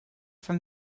from